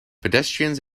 pedestrians